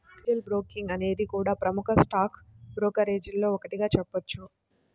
Angel Broking అనేది కూడా ప్రముఖ స్టాక్ బ్రోకరేజీల్లో ఒకటిగా చెప్పొచ్చు